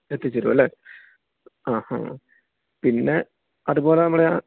എത്തിച്ചു തരുമല്ലേ ങാ ഹാ പിന്നെ അതുപോലെ നമ്മുടെ ആ